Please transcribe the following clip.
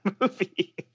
movie